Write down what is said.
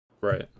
Right